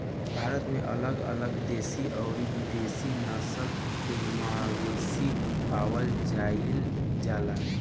भारत में अलग अलग देशी अउरी विदेशी नस्ल के मवेशी पावल जाइल जाला